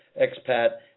expat